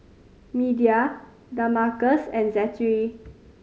Media Damarcus and Zachery